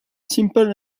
simple